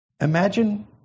Imagine